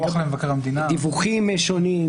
דיווחים שונים.